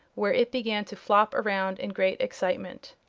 where it began to flop around in great excitement.